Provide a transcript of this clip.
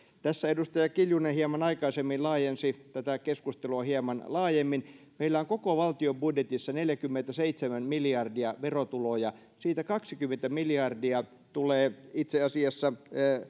tässä edustaja kiljunen hieman aikaisemmin laajensi tätä keskustelua hieman meillä on koko valtion budjetissa neljäkymmentäseitsemän miljardia verotuloja siitä kaksikymmentä miljardia tulee itse asiassa